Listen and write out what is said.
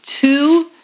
two